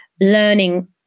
learning